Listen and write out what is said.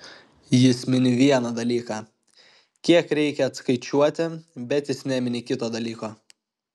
jis mini vieną dalyką kiek reikia atskaičiuoti bet jis nemini kito dalyko